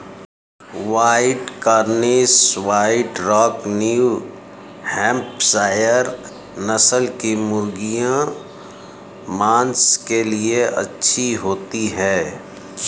white Cornish, White Rock, New Hampshire नस्ल की मुर्गियाँ माँस के लिए अच्छी होती हैं